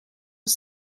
was